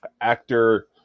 actor